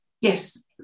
Yes